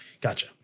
gotcha